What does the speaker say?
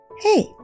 Hey